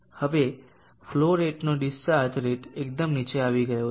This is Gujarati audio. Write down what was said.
હવે ફ્લોર રેટનો ડિસ્ચાર્જ રેટ એકદમ નીચે આવી ગયો છે